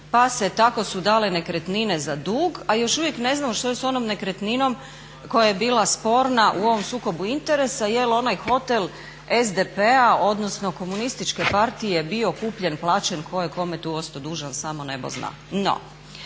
pa se tako su dale nekretnine za dug, a još uvijek ne znamo što je sa onom nekretninom koja je bila sporna u ovom sukobu interesa jer onaj hotel SDP-a odnosno komunističke partije bio kupljen, plaćen, ko je kome tu ostao dužan samo nebo zna.